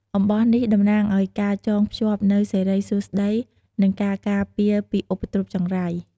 អំបោះនេះតំណាងឲ្យការចងភ្ជាប់នូវសិរីសួស្តី និងការការពារពីឧបទ្រពចង្រៃ។